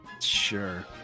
Sure